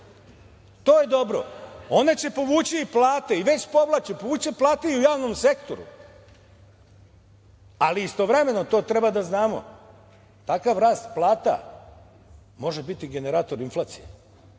To je dobro. One će povući i plate i već povlače. Povući će plate i u javnom sektoru. Ali, istovremeno, to treba da znamo, takav rast plata može biti generator inflacije.